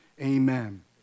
amen